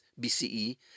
BCE